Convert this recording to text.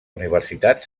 universitat